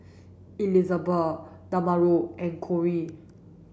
Elizbeth Damarion and Cory